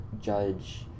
judge